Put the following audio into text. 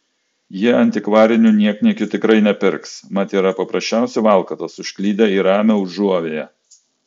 jie antikvarinių niekniekių tikrai nepirks mat yra paprasčiausi valkatos užklydę į ramią užuovėją